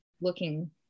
looking